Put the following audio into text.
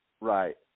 Right